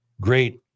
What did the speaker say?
great